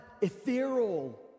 ethereal